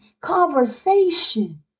conversation